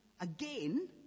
again